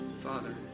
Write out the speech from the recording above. Father